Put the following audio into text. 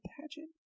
pageant